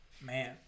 Man